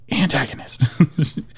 antagonist